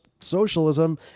socialism